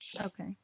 Okay